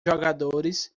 jogadores